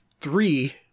three